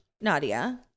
Nadia